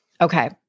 Okay